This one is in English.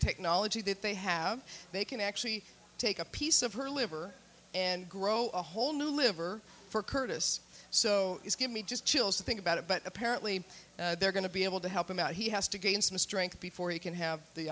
technology that they have they can actually take a piece of her liver and grow a whole new liver for curtis so it's give me just chills to think about it but apparently they're going to be able to help him out he has to gain some strength before he can have the